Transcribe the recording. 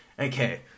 Okay